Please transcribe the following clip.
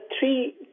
three